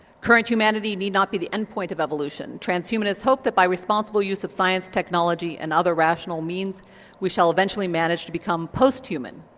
current humanity need not be the end point of evolution. transhumanists hope that by responsible use of science, technology and other rational means we shall eventually manage to become post-human.